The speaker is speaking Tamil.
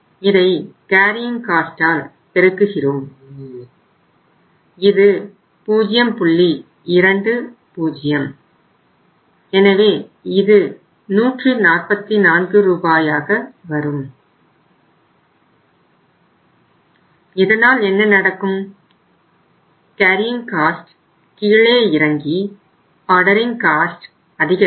இதை கேரியிங் காஸ்ட்டால் அதிகரிக்கும்